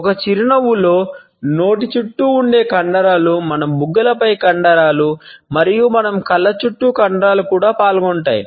ఒక చిరునవ్వులో నోటి చుట్టూ ఉండే కండరాలు మన బుగ్గలపై కండరాలు మరియు మన కళ్ళ చుట్టూ కండరాలు కూడా పాల్గొంటాయి